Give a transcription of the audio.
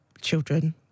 children